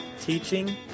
teaching